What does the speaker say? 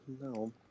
No